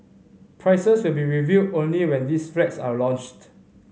prices will be revealed only when these flats are launched